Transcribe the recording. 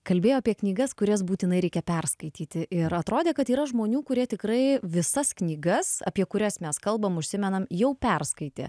kalbėjo apie knygas kurias būtinai reikia perskaityti ir atrodė kad yra žmonių kurie tikrai visas knygas apie kurias mes kalbam užsimenam jau perskaitė